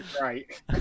Right